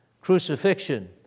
crucifixion